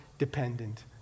Dependent